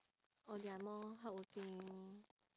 or they are more hardworking